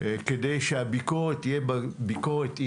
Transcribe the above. כדי שהביקורת תהיה ביקורת עניינית,